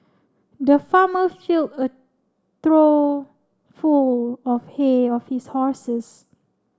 the farmer filled a trough full of hay of his horses